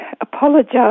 apologise